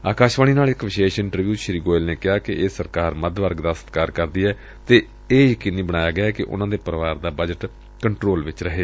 ਅਕਾਸ਼ਾਵਾਣੀ ਨਾਲ ਇਕ ਵਿਸ਼ੇਸ਼ ਇੰਟਰਵਿਊ ਚ ਸ੍ਰੀ ਗੋਇਲ ਨੇ ਕਿਹਾ ਕਿ ਇਹ ਸਰਕਾਰ ਮੱਧ ਵਰਗ ਦਾ ਸਤਿਕਾਰ ਕਰਦੀ ਏ ਅਤੇ ਇਹ ਯਕੀਨੀ ਬਣਾਇੱਆ ਗਿਐ ਕਿ ਉਨ੍ਹਾਂ ਦੇ ਪਰਿਵਾਰ ਦਾ ਬਜਟ ਕੰਟਰੋਲ ਵਿਚ ਰਹੇ